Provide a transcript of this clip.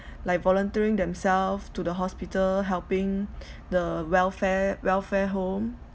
like volunteering themself to the hospital helping the welfare welfare home